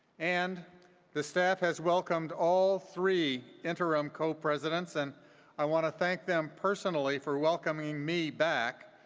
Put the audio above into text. and the staff has welcomed all three interim co-presidents and i want to thank them personally for welcoming me back.